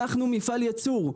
אנחנו מפעל ייצור,